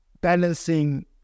Balancing